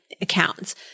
accounts